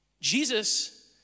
Jesus